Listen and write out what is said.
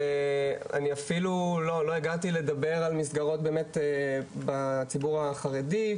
אני אפילו לא הגעתי לדבר על מסגרות באמת בציבור החרדי,